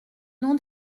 non